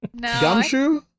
gumshoe